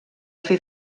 fer